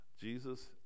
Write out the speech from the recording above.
Jesus